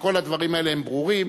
וכל הדברים האלה הם ברורים.